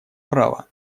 права